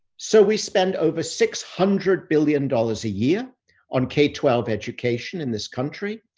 so, we spend over six hundred billion dollars a year on k twelve education in this country.